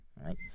right